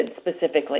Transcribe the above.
specifically